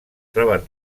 troben